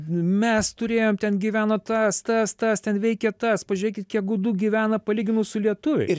mes turėjom ten gyvena tas tas tas ten veikia tas pažiūrėkit kiek gudų gyvena palyginus su lietuviais